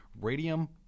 radium